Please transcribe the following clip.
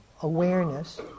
awareness